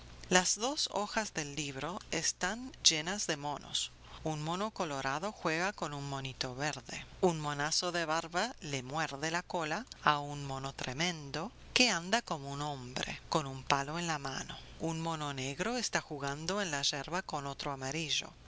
las dos hojas del libro están llenas de monos un mono colorado juega con un monito verde un monazo de barba le muerde la cola a un mono tremendo que anda como un hombre con un palo en la mano un mono negro está jugando en la yerba con otro amarillo